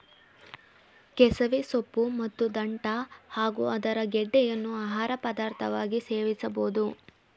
ಕೆಸವೆ ಸೊಪ್ಪು ಮತ್ತು ದಂಟ್ಟ ಹಾಗೂ ಅದರ ಗೆಡ್ಡೆಯನ್ನು ಆಹಾರ ಪದಾರ್ಥವಾಗಿ ಸೇವಿಸಬೋದು